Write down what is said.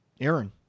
Aaron